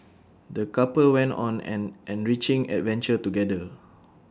the couple went on an enriching adventure together